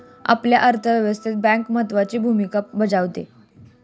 आपल्या अर्थव्यवस्थेत बँक महत्त्वाची भूमिका बजावते